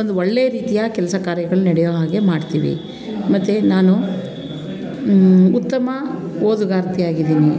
ಒಂದು ಒಳ್ಳೆಯ ರೀತಿಯ ಕೆಲಸ ಕಾರ್ಯಗಳು ನಡೆಯೋ ಹಾಗೆ ಮಾಡ್ತೀವಿ ಮತ್ತು ನಾನು ಉತ್ತಮ ಓದುಗಾರ್ತಿಯಾಗಿದ್ದೀನಿ